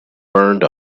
burned